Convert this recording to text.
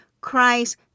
Christ